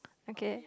okay